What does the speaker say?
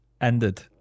ended